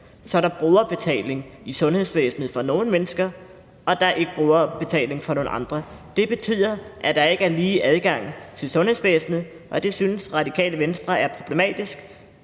så er der brugerbetaling i sundhedsvæsenet for nogle mennesker, og der er ikke brugerbetaling for nogle andre. Det betyder, at der ikke er lige adgang til sundhedsvæsenet, og det synes Radikale Venstre er problematisk.